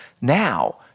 now